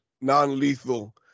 non-lethal